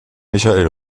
michael